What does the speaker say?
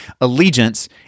Allegiance